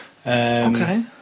Okay